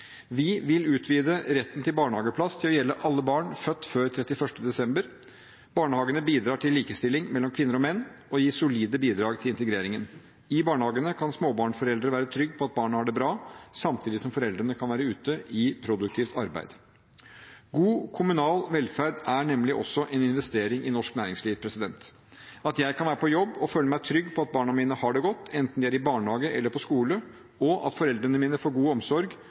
Vi vil utvide retten til barnehageplass til å gjelde alle barn født før 31. desember. Barnehagene bidrar til likestilling mellom kvinner og menn og gir solide bidrag til integreringen. Med barnet i barnehage kan småbarnsforeldre være trygge på at barnet har det bra, samtidig som foreldrene kan være ute i produktivt arbeid. God kommunal velferd er nemlig også en investering i norsk næringsliv. At jeg kan være på jobb og føle meg trygg på at barna mine har det godt, enten de er i barnehage eller på skole, og at foreldrene mine får god omsorg